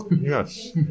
Yes